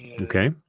Okay